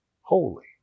holy